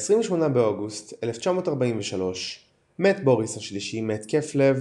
ב-28 באוגוסט 1943 מת בוריס השלישי מהתקף לב